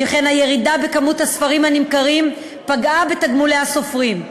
שכן הירידה בכמות הספרים הנמכרים פגעה בתגמולי הסופרים.